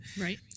Right